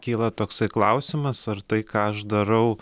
kyla toksai klausimas ar tai ką aš darau